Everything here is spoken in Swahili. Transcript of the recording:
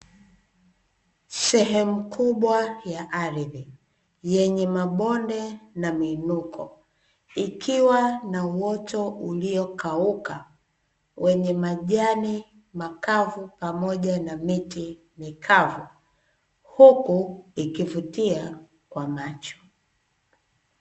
Sehemu kubwa ya ardhi yenye mabonde na miinuko, ikiwa na uoto uliokauka wenye majani makavu pamoja na miti mikavu. Huku, ikivutia kwa macho.